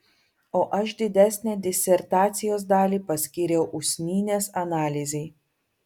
o aš didesnę disertacijos dalį paskyriau usnynės analizei